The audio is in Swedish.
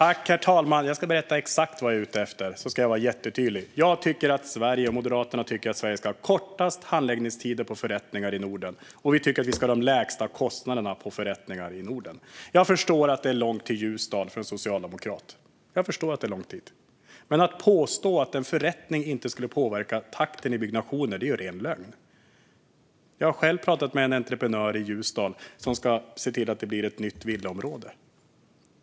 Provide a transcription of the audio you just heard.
Herr talman! Jag ska berätta exakt vad jag är ute efter - jag ska vara jättetydlig. Jag och Moderaterna tycker att Sverige ska ha kortast handläggningstider och lägst kostnader för förrättningar i Norden. Jag förstår att det är långt till Ljusdal för en socialdemokrat, men att en förrättning inte skulle påverka takten i byggnationen är ju ren lögn. Jag har själv pratat med en entreprenör i Ljusdal som ska se till att det blir ett nytt villaområde.